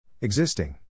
Existing